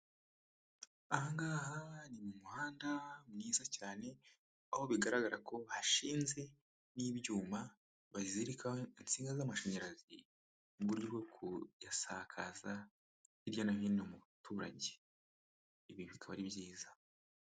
Aha ngaha ni mu muhanda mwiza cyane, aho bigaragara ko hashinze n'ibyuma, bazirikaho insinga z'amashanyarazi, mu buryo bwo kuyasakaza hirya no hino mu baturage. Ibi bikaba ari byiza.